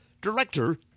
Director